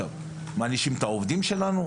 מענישים את העובדים שלנו?